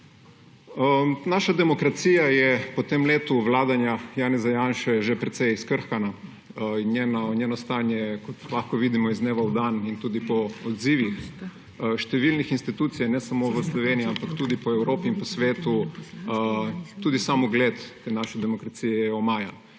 Naša demokracija je po tem letu vladanja Janeza Janše že precej skrhana in njeno stanje lahko vidimo iz dneva v dan. In tudi po odzivih številnih institucij ne samo v Sloveniji, ampak tudi po Evropi in po svetu je tudi sam ugled te naše demokracije omajan.